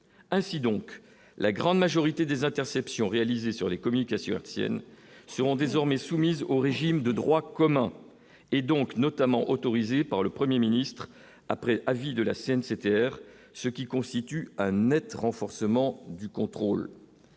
ainsi donc, la grande majorité des interceptions réalisées sur les communications hertziennes seront désormais soumises au régime de droit commun et donc notamment autorisé par le 1er ministre après avis de la scène CTR, ce qui compte aussi. Tu as un Net renforcement du contrôle.